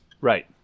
Right